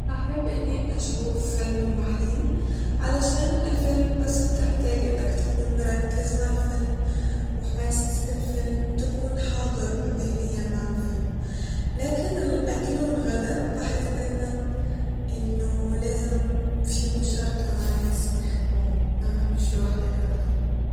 هحب اني اشوف فيلم لوحدي علشان الفيلم بس بتحتاج انك تكون مركز مع الفيلم وحاسس بالفيلم ، تكون حاضر ذهنيا مع الفيلم ، لكن الأكل والغدا بحس دايما انه لازم في مشاركة مع ناس بنحبهم م- مش لوحدنا ابدا